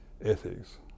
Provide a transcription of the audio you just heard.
ethics